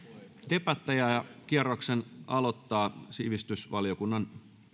debatteja ja kierroksen aloittaa sivistysvaliokunnan